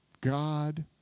God